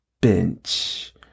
bench